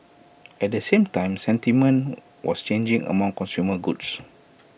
at the same time sentiment was changing among consumer goods